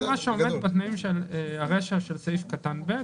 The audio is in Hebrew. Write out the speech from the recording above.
כל מה שעומד בתנאים של הרישה של סעיף קטן (ב),